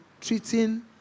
treating